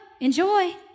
Enjoy